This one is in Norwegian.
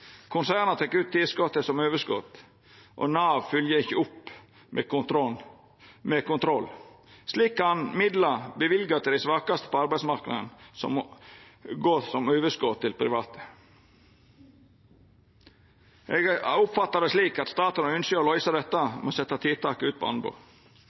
Konserna tek ut tilskotet som overskot, og Nav følgjer ikkje opp med kontroll. Slik kan midlar løyvde til dei svakaste på arbeidsmarknaden, gå som overskot til private. Eg oppfattar det slik at staten ynskjer å løysa dette med å setja tiltak ut på anbod.